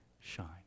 shine